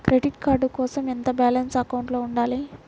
Credit card కోసం ఎంత balance అకౌంట్లో ఉంచాలి?